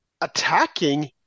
attacking